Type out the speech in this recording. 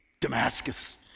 Damascus